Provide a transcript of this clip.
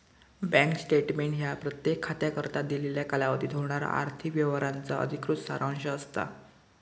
bank statement ह्या प्रत्येक bank खात्याकरता दिलेल्या कालावधीत होणारा आर्थिक व्यवहारांचा अधिकृत सारांश असता